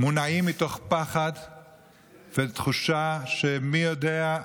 מונעים מתוך פחד ותחושה שמי יודע,